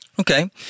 Okay